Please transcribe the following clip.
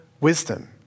wisdom